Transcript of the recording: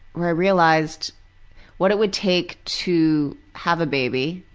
where i realized what it would take to have a baby.